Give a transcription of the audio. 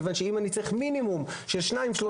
מכיוון שאם אני צריך מינימום של 2-3